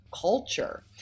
culture